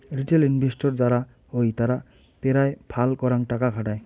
retail investor যারা হই তারা পেরায় ফাল করাং টাকা খাটায়